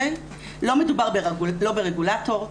לא מדובר ברגולטור,